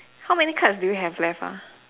how many cards do you have left ah